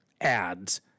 ads